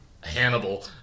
Hannibal